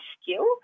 skill